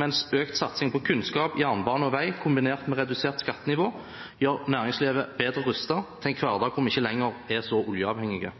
mens økt satsing på kunnskap, jernbane og vei kombinert med redusert skattenivå gjør næringslivet bedre rustet til en hverdag som ikke lenger er så oljeavhengig.